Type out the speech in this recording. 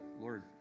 Lord